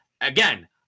Again